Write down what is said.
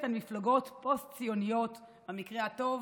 על מפלגות פוסט-ציוניות במקרה הטוב,